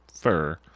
fur